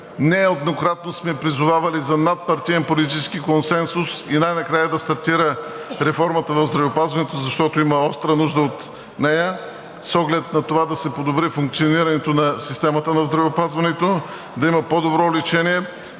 нееднократно сме призовавали за надпартиен политически консенсус и най-накрая да стартира реформата на здравеопазването, защото има остра нужда от нея, с оглед на това да се подобри функционирането на системата на здравеопазването, да има по-добро лечение,